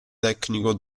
tecnico